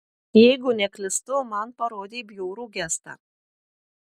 jeigu neklystu man parodei bjaurų gestą